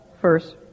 first